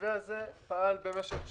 המתווה הזה פעל במשך שבוע,